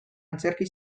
antzerki